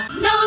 no